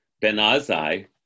Ben-Azai